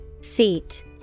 Seat